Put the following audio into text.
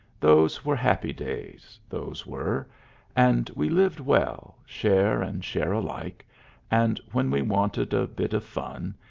those were happy days, those were and we lived well, share and share alike and when we wanted a bit of fun,